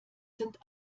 sind